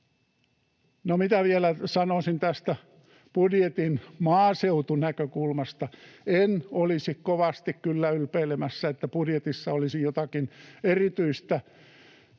No, mitä vielä sanoisin tästä budjetin maaseutunäkökulmasta: En olisi kovasti kyllä ylpeilemässä, että budjetissa olisi jotakin erityistä